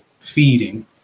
feeding